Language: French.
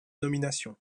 nomination